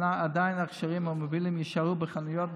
עדיין ההכשרים המובילים יישארו בחנויות,